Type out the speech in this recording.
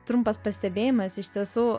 trumpas pastebėjimas iš tiesų